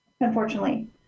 unfortunately